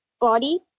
body